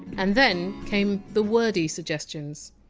and then came the wordy suggestions.